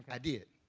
i did.